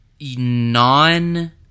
non-